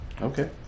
Okay